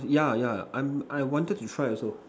yeah yeah I I wanted to try also